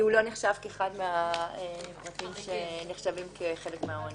הוא לא נחשב כאחד מהפרטים שנחשבים כחלק מהעונש.